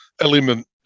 element